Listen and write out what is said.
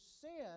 sin